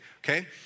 okay